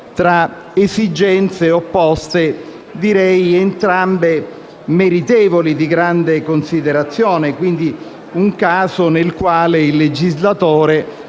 tra esigenze opposte ed entrambe meritevoli di grande considerazione. Quindi, si tratta di un caso nel quale il legislatore